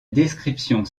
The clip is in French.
description